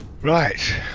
Right